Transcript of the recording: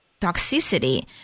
toxicity